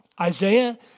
Isaiah